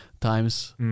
times